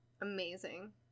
Amazing